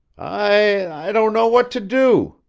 i don't know what to do,